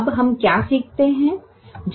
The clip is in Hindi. अब हम क्या सीखते हैं